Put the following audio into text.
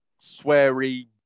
sweary